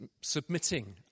submitting